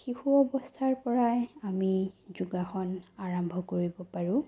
শিশু অৱস্থাৰ পৰাই আমি যোগাসন আৰম্ভ কৰিব পাৰোঁ